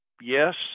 Yes